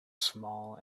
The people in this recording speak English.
small